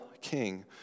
king